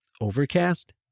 Overcast